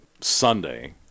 Sunday